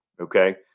Okay